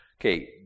Okay